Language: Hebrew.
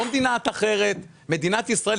לא מדינה אחרת אלא מדינת ישראל.